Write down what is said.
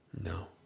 No